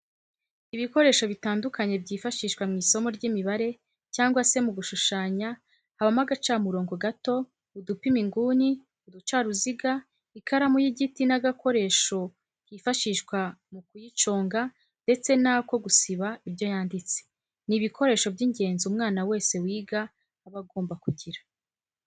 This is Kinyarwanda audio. Ibikoresho bitandukanye byifashishwa mu isomo ry'imibare cyangwa se mu gushushanya habamo agacamurongo gato, udupima inguni, uducaruziga, ikaramu y'igiti n'agakoresho kifashishwa mu kuyiconga ndetse n'ako gusiba ibyo yanditse, ni ibikoresho by'ingenzi umwana wese wiga aba agomba kugira.